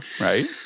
right